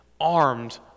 armed